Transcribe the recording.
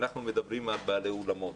אנחנו מדברים על בעלי אולמות,